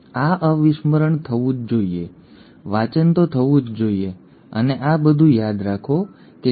હવે આ અવિસ્મરણ થવું જ જોઈએ વાંચન તો થવું જ જોઈએ અને આ બધું યાદ રાખો કે ડી